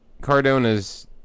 Cardona's